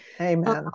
Amen